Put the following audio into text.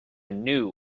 new